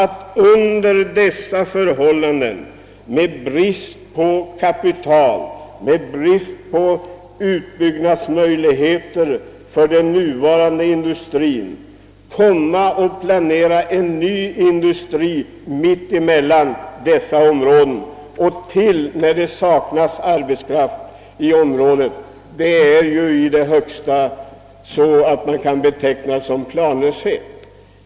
Att under nuvarande förhållanden, då vi har brist på kapital och saknar möjligheter att bygga ut redan befintlig industri, planera en helt ny industri mitt emellan två stora industriområden kan inte betecknas som annat än planlöst, i synnerhet som det saknas arbetskraft i området.